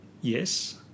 yes